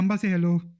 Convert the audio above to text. hello